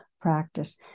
practice